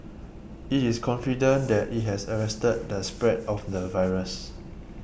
it is confident that it has arrested the spread of the virus